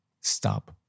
stop